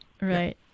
Right